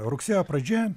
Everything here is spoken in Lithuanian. rugsėjo pradžia